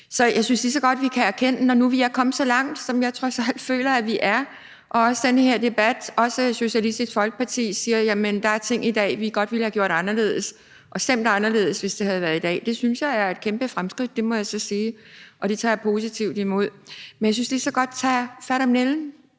Så jeg synes lige så godt, vi kan erkende det, når nu vi er kommet så langt, som jeg trods alt føler at vi er, hvor også Socialistisk Folkeparti i den her debat siger, at der er ting, man godt vil have gjort anderledes i dag, og at man ville have stemt anderledes, hvis det havde været i dag – det synes jeg er et kæmpe fremskridt, det må jeg så sige, og det tager jeg positivt imod. Men jeg synes, at vi lige så godt kan tage fat om nældens